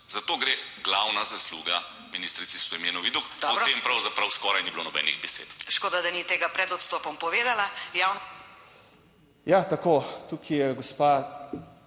za to gre glavna zasluga ministrici Stojmenovi Duh. O tem pravzaprav skoraj ni bilo nobenih besed. Škoda, da ni tega pred odstopom povedala. Ja." Ja, tako, tukaj je gospa